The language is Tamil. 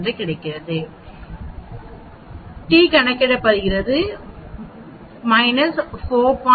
833 t கணக்கிடப்படுகிறது 4